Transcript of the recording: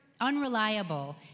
unreliable